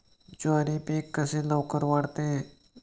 ज्वारी पीक कसे लवकर वाढते?